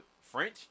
French